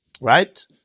Right